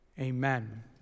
Amen